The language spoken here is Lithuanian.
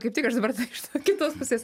kaip tik aš dabar va iš to kitos pusės